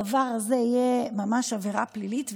הדבר הזה יהיה ממש עבירה פלילית,